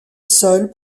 seul